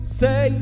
say